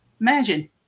Imagine